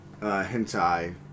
hentai